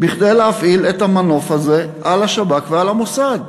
כדי להפעיל את המנוף הזה על השב"כ ועל המוסד.